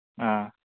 ꯑ